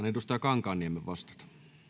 edustaja kankaanniemen vastata